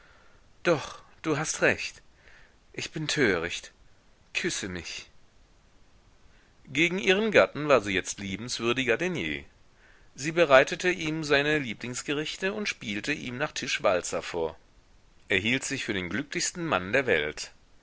doch du hast recht ich bin töricht küsse mich gegen ihren gatten war sie jetzt liebenswürdiger denn je sie bereitete ihm seine lieblingsgerichte und spielte ihm nach tisch walzer vor er hielt sich für den glücklichsten mann der welt